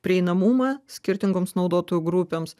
prieinamumą skirtingoms naudotojų grupėms